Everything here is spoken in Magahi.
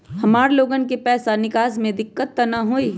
हमार लोगन के पैसा निकास में दिक्कत त न होई?